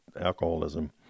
alcoholism